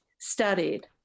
studied